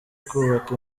kubaka